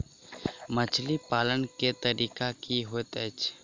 मछली पालन केँ तरीका की होइत अछि?